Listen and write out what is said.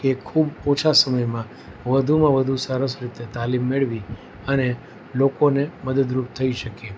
કે ખૂબ ઓછા સમયમાં વધુમાં વધુ સરસ રીતે તાલીમ મેળવી અને લોકોને મદદરૂપ થઈ શકીએ